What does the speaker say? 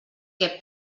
què